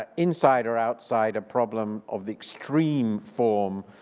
ah inside or outside a problem of the extreme form,